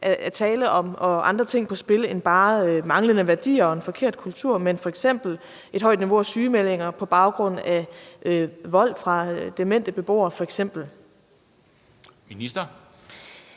at der er andre ting på spil end bare manglende værdier og en forkert kultur, men at der f.eks. er et højt niveau af sygemeldinger på baggrund af vold fra demente beboere? Kl.